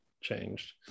changed